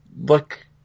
look